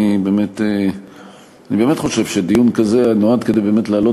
אני באמת חושב שדיון כזה נועד להעלות